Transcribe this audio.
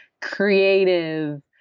creative